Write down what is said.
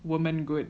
women good